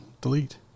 Delete